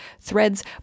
threads